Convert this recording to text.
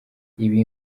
ibi